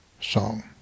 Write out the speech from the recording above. song